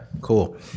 cool